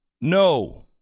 no